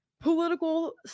political